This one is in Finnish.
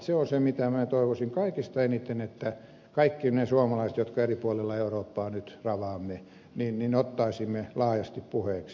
se on se mitä minä toivoisin kaikista eniten että kaikki me suomalaiset jotka eri puolilla eurooppaa nyt ravaamme ottaisimme laajasti puheeksi